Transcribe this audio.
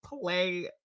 play